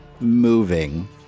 moving